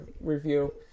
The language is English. review